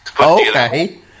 Okay